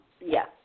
Yes